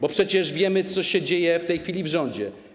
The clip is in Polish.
Bo przecież wiemy, co się dzieje w tej chwili w rządzie.